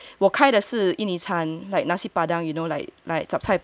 我开的是印尼餐 like nasi padang you know like like chap chye png